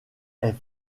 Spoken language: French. est